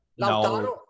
Lautaro